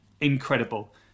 Incredible